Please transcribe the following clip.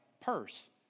purse